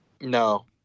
No